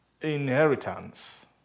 inheritance